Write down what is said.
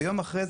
וביום שאחרי,